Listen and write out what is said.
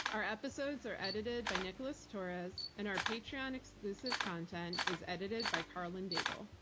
our episodes are edited by nicholas torres and our patreon exclusive content is edited by karlyn daigle.